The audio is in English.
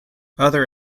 other